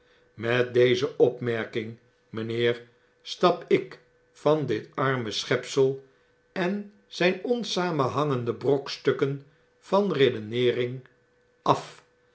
met deze opmerking mynheer stap ik van dit arme schepsel en zyn onsamenhangende brokstukken van redeneering af